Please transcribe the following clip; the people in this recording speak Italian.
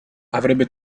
avrebbe